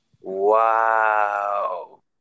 Wow